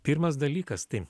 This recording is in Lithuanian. pirmas dalykas tai